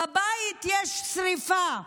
בבית יש שרפה.